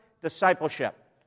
Discipleship